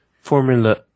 Formula